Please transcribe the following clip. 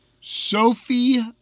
Sophie